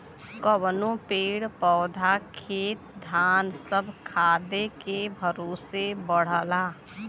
कउनो पेड़ पउधा खेत धान सब खादे के भरोसे बढ़ला